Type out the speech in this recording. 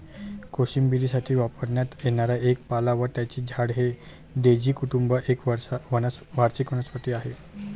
कोशिंबिरीसाठी वापरण्यात येणारा एक पाला व त्याचे झाड हे डेझी कुटुंब एक वार्षिक वनस्पती आहे